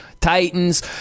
titans